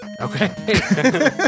Okay